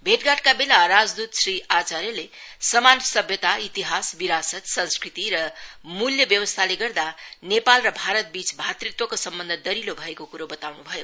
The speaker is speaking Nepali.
भेटघाटका बेला राजद्वत श्री आचार्यले समान सभ्यता इतिहास विरासत संस्कृति र मूल्य व्यवस्थाले गर्दा नेपाल र भारतवीच भातृत्वको सम्बन्ध दहिलो भएको कुरो बताउन् भयो